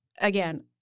Again